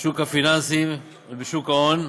בשוק הפיננסי ובשוק ההון,